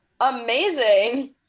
amazing